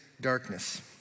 darkness